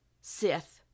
Sith